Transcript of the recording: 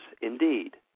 indeed